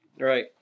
Right